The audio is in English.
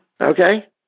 Okay